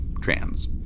trans